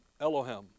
Elohim